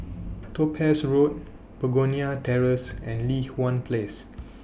Topaz Road Begonia Terrace and Li Hwan Place